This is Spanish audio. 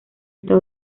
esta